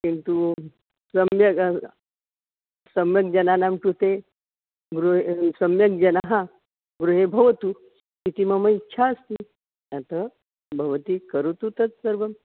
किन्तु सम्यक् सम्यक् जनानां कृते गृहं सम्यक् जनः गृहे भवतु इति मम इच्छा अस्ति अतः भवती करोतु तत् सर्वं